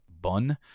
bun